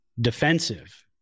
defensive